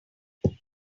carbon